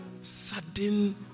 sudden